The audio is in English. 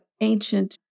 ancient